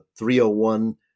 301